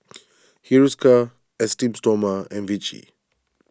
Hiruscar Esteem Stoma and Vichy